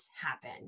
happen